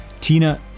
Tina